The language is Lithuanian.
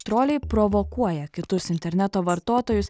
troliai provokuoja kitus interneto vartotojus